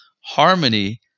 Harmony